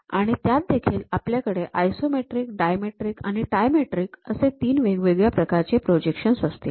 आणि त्यात देखील आपल्याकडे आयसोमेट्रिक डायमेट्रिक आणि ट्रायमॅट्रिक असे ३ वेगवेगळ्या प्रकारचे प्रोजेक्शन्स असतील